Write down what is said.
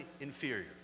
inferior